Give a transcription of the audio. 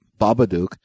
Babadook